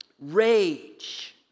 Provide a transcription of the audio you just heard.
rage